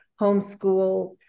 homeschool